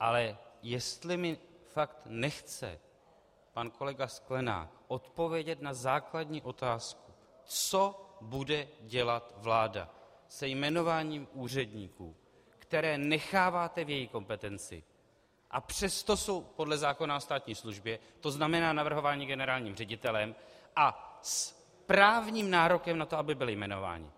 Ale jestli mi fakt nechce pan kolega Sklenák odpovědět na základní otázku, co bude dělat vláda se jmenováním úředníků, které necháváte v její kompetenci, a přesto jsou podle zákona o státní službě, to znamená navrhováni generálním ředitelem a s právním nárokem na to, aby byli jmenováni.